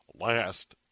last